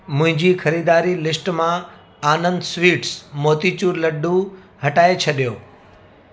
मुंहिंजी ख़रीदारी लिस्ट मां आनंद स्वीट्स मोतीचूर लडूं हटाए छॾियो